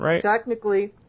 Technically